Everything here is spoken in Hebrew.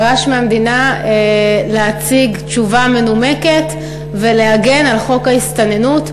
דרש מהמדינה להציג תשובה מנומקת ולהגן על חוק ההסתננות,